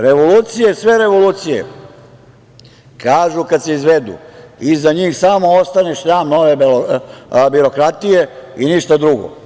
Revolucije, sve revolucije, kažu kada se izvedu, iza njih samo ostane šljam nove birokratije i ništa drugo.